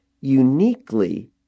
uniquely